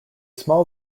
small